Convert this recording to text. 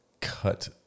cut